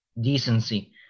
decency